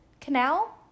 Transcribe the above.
Canal